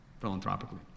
philanthropically